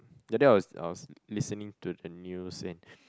that day I was I was listening to the news in